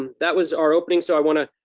and that was our opening, so i wanna,